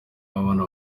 w’abana